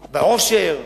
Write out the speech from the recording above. בעושר,